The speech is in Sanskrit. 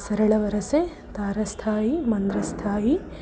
सरलवरसे तारस्थायि मन्द्रस्थायि